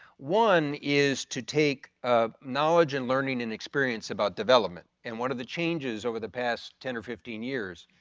one is to take ah knowledge in learning and experience about development and one of the changes over the past ten or fifteen years,